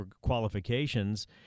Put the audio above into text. qualifications